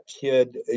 kid